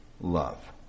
love